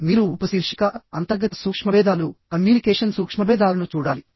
మీరు ఉపశీర్షిక అంతర్గత సూక్ష్మబేధాలు కమ్యూనికేషన్ సూక్ష్మబేధాలను చూడాలి